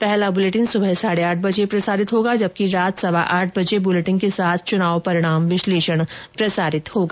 पहला बुलेटिन सुबह साढे आठ बजे प्रसारित होगा जबकि रात सवा आठ बजे बुलेटिन के साथ चुनाव परिणाम विश्लेषण प्रसारित होगा